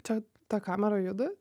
čia ta kamera juda